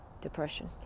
depression